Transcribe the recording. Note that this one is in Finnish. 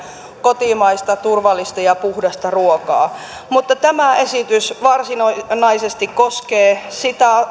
kotimaista turvallista ja puhdasta ruokaa mutta tämä esitys varsinaisesti koskee sitä